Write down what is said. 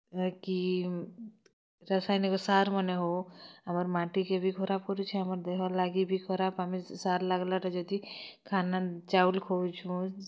ଏ କିମ୍ ରାସାୟନିକ୍ ସାର୍ ମାନେ ହଉ ଆମର୍ ମାଟି କେ ବି ଖରାପ୍ କରୁଛେଁ ଆମ୍ ଦେହ୍ ଲାଗି ବି ଖରାପ୍ ଆମେ ସାର୍ ଲଗଲାଟା ଯଦି ଖାନା ଚାଉଲ୍ ଖଉଛୁଁ